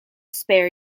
spare